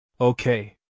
Okay